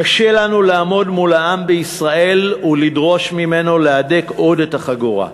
קשה לנו לעמוד מול העם בישראל ולדרוש ממנו להדק עוד את החגורה.